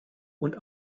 und